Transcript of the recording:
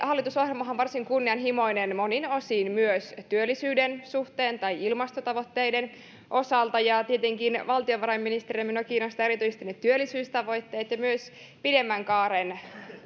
hallitusohjelmahan on varsin kunnianhimoinen monin osin myös työllisyyden suhteen tai ilmastotavoitteiden osalta tietenkin valtiovarainministerinä minua kiinnostavat erityisesti ne työllisyystavoitteet ja myös pidemmän kaaren